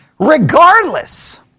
Regardless